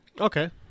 Okay